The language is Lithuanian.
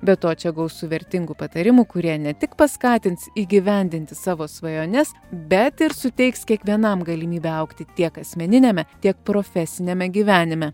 be to čia gausu vertingų patarimų kurie ne tik paskatins įgyvendinti savo svajones bet ir suteiks kiekvienam galimybę augti tiek asmeniniame tiek profesiniame gyvenime